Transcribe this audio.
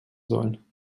sollen